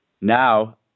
Now